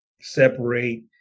separate